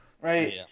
right